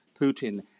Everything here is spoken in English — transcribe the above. Putin